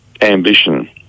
ambition